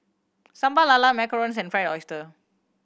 Sambal Lala macarons and Fried Oyster